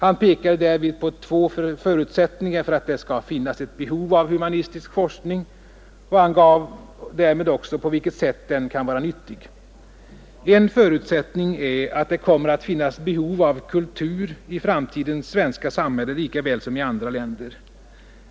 Han pekade därvid på två förutsättningar för att det skall finnas ett behov av humanistisk forskning och angav därmed också på vilket sätt den kan vara nyttig. En förutsättning är att det kommer att finnas behov av kultur i framtidens svenska samhälle lika väl som i andra länder.